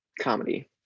Comedy